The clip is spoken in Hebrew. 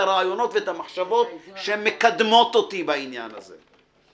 הרעיונות ואת המחשבות שמקדמות אותי בעניין הזה.